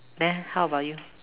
then how about you